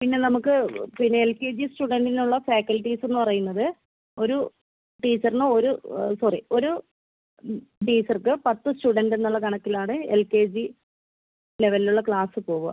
പിന്നെ നമുക്ക് പിന്നെ എൽ കെ ജി സ്റ്റുഡൻറ്റിനുള്ള ഫാക്കൽറ്റീസ് പറയുന്നത് ഒരു ടീച്ചറിന് ഒരു സോറി ഒരു ടീച്ചർക്ക് പത്ത് സ്റ്റുഡൻറ്റെന്നുള്ള കണക്കിലാണ് എൽ കെ ജി ലെവലിലുള്ള ക്ലാസ്സ് പോകാം